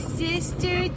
sister